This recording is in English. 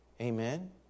Amen